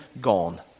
gone